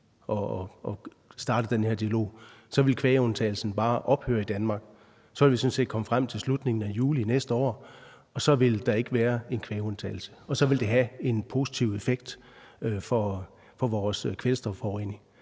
startet den her dialog, ville kvægundtagelsen bare ophøre i Danmark? Så ville vi sådan set komme frem til slutningen af juli næste år, og så ville der ikke være en kvægundtagelse. Og det ville have en positiv effekt på vores kvælstofforurening.